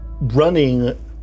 running